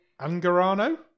Angarano